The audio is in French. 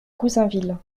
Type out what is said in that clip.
goussainville